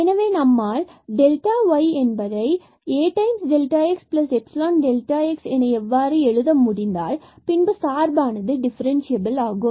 எனவே நம்மால் இதை y Axϵx என இவ்வாறு எழுத முடிந்தால் பின்பு சார்பானது டிஃபரென்ஸ்சியபில் ஆகும்